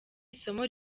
isomo